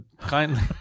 kindly